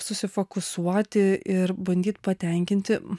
susifokusuoti ir bandyt patenkinti